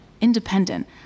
independent